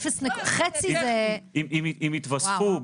אם יתווספו,